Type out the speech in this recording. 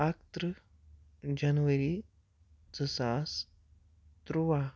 اَکہٕ تٕرٛہ جَنؤری زٕ ساس تُرٛواہ